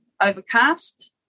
Overcast